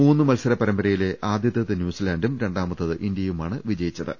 മൂന്ന് മത്സര പരമ്പരയിലെ ആദ്യ ത്തേത് ന്യൂസിലാൻഡും രണ്ടാമത്തേത് ഇന്ത്യയുമാണ് വിജയിച്ചത്